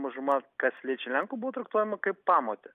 mažuma kas liečia lenkų buvo traktuojama kaip pamotė